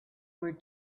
were